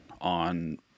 on